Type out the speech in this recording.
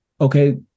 okay